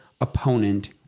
opponent